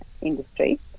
industry